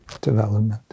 development